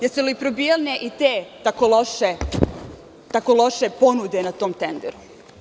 Jesu li probijene i te tako loše ponude na tom tenderu?